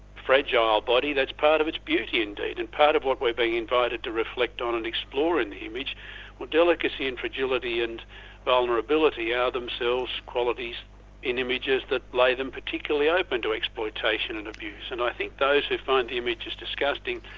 fragile body that's part of its beauty indeed, and part of what we're being invited to reflect on and explore in the image were delicacy and fragility and vulnerability are themselves qualities in images that lay them particularly open to exploitation and abuse, and i think those who find the images disgusting,